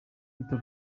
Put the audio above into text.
victor